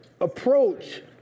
approach